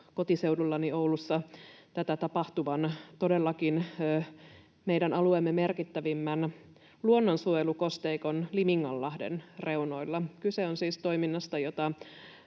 kotiseudullani Oulussa tätä tapahtuvan todellakin meidän alueemme merkittävimmän luonnonsuojelukosteikon, Liminganlahden, reunoilla. Kyse on siis toiminnasta, jota